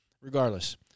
Regardless